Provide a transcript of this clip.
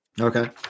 Okay